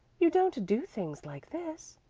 you don't do things like this?